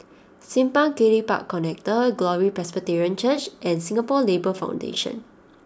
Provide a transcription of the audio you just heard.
Simpang Kiri Park Connector Glory Presbyterian Church and Singapore Labour Foundation